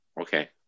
Okay